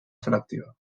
selectiva